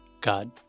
God